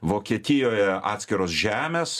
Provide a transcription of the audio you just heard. vokietijoje atskiros žemės